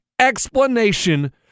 explanation